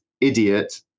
idiot